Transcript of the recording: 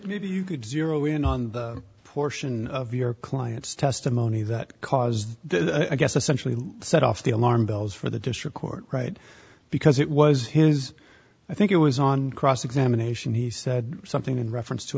you could zero in on the portion of your client's testimony that caused i guess essentially set off the alarm bells for the district court right because it was his i think it was on cross examination he said something in reference to